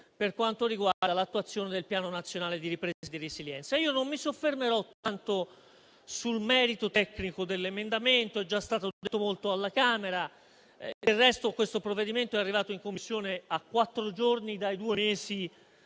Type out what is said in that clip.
per quanto riguarda l'attuazione del Piano nazionale di ripresa e resilienza. Io non mi soffermerò tanto sul merito tecnico dell'emendamento, perché è già stato detto molto alla Camera. Del resto, questo provvedimento è arrivato qui in Commissione a quattro giorni dai due mesi